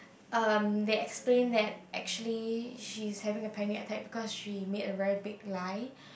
um they explained that actually she is having a panic attack because she made a really big lie